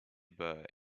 burgh